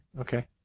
Okay